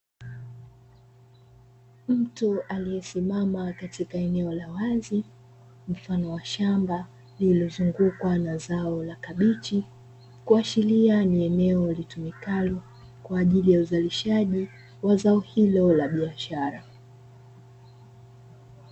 Mtu aliyesimama katika eneo la wazi mfano wa shamba lililozungukwa na zao la kabichi, kuashiria ni eneo litumikalo kwa ajili ya uzalishaji wa zao hilo la biashara.